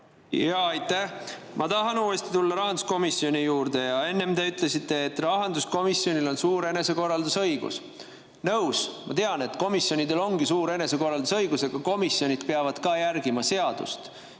Aitäh! Ma tahan uuesti tulla rahanduskomisjoni juurde. Enne te ütlesite, et rahanduskomisjonil on suur enesekorraldusõigus. Nõus. Ma tean, komisjonidel ongi suur enesekorraldusõigus, aga komisjonid peavad ka seadust